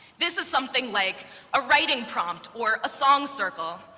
this is something like a writing prompt or a song circle.